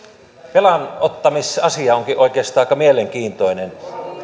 velanottamisasia onkin oikeastaan aika mielenkiintoinen te